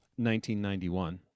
1991